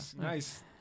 Nice